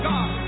God